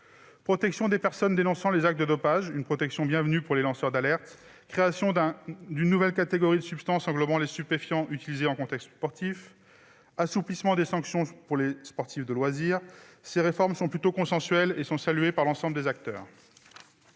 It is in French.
protection des personnes dénonçant des actes de dopage, protection bienvenue pour les lanceurs d'alerte ; la création d'une nouvelle catégorie de substances englobant les stupéfiants utilisés dans un contexte sportif ; et l'assouplissement des sanctions pour les sportifs de loisirs. Ces réformes, plutôt consensuelles, sont saluées par l'ensemble des acteurs.